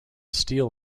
steel